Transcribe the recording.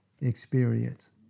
experience